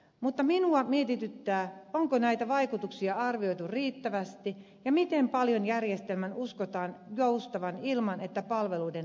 mutta minua mietityttää onko näitä vaikutuksia arvioitu riittävästi ja miten paljon järjestelmän uskotaan joustavan ilman että palveluiden laatu kärsii